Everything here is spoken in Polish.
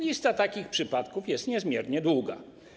Lista takich przypadków jest niezmiernie długa.